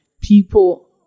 people